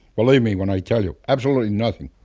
believe me when i tell you, absolutely nothing.